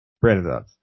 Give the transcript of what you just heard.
Brandon